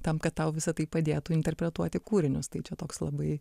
tam kad tau visa tai padėtų interpretuoti kūrinius tai čia toks labai